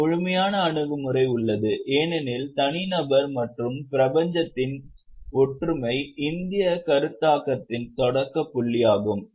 ஒரு முழுமையான அணுகுமுறை உள்ளது ஏனெனில் தனிநபர் மற்றும் பிரபஞ்சத்தின் ஒற்றுமை இந்திய கருத்தாக்கத்தின் தொடக்க புள்ளியாகும்